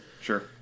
Sure